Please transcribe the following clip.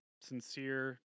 Sincere